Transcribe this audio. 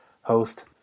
host